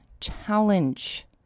challenge